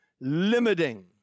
limiting